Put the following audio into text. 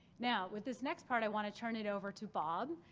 now with this next part i want to turn it over to bob,